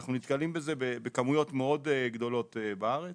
שאנחנו נתקלים בזה בכמויות מאוד גדולות בארץ